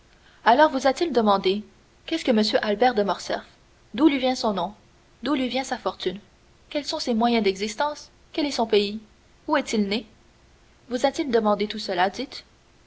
alors vous a-t-il demandé qu'est-ce que m albert de morcerf d'où lui vient son nom d'où lui vient sa fortune quels sont ses moyens d'existence quel est son pays où est-il né vous a-t-il demandé tout cela dites